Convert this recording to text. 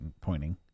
pointing